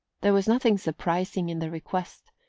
there was nothing surprising in the request,